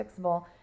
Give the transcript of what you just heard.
fixable